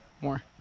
More